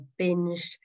binged